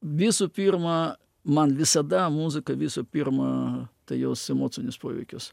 visų pirma man visada muzika visų pirma jos emocinis poveikis